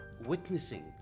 witnessing